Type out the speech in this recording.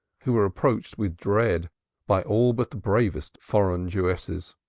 who were approached with dread by all but the bravest foreign jewesses.